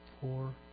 Four